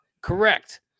Correct